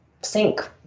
sink